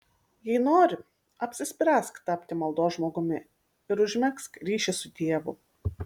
jei nori apsispręsk tapti maldos žmogumi ir užmegzk ryšį su dievu